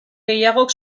gehiagok